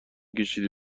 کشیدی